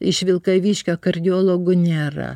iš vilkaviškio kardiologų nėra